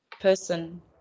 person